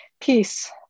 peace